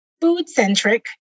food-centric